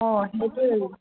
অঁ সেইটোৱেই